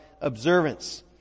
observance